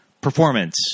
Performance